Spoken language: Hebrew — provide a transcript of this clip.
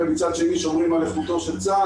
ומצד שני שומרים על איכותו של צה"ל,